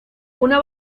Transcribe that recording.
una